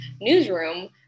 newsroom